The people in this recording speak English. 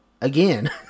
Again